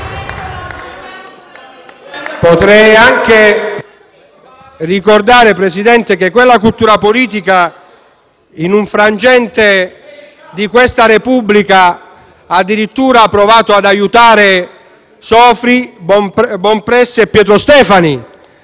Vorrei ricordare, Presidente, che quella cultura politica, in un frangente di questa Repubblica, ha addirittura provato ad aiutare Sofri, Bompressi e Pietrostefani,